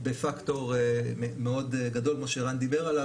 בפקטור מאוד גדול כמו שערן דיבר עליו.